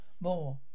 more